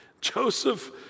Joseph